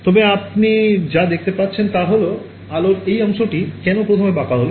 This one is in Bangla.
তবে আপনি যা দেখতে পাচ্ছেন তা হল আলোর এই অংশটি কেন প্রথমে বাঁকা হল